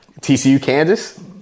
TCU-Kansas